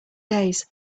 days